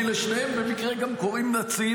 כי לשניהם במקרה גם קוראים "נציב",